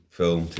film